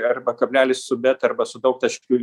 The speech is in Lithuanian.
arba kablelį su bet arba su daugtaškiu